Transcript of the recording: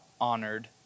honored